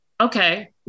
okay